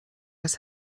als